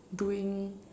doing